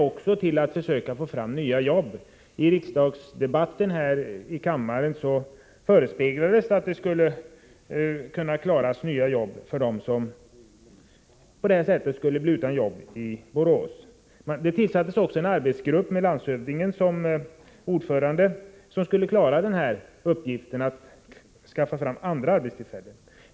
Men pengarna skulle också användas för att skapa nya jobb. När denna fråga diskuterades här i kammaren förespeglades att man skulle klara av att få fram nya jobb för dem som på det här viset skulle ställas utan arbete i Borås. Dessutom tillsattes en arbetsgrupp med länets landshövding som ordförande. Arbetsgruppen fick uppgiften att skaffa fram nya arbetstillfällen.